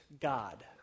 God